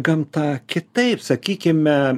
gamta kitaip sakykime